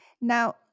Now